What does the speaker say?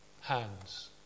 hands